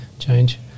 Change